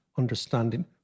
understanding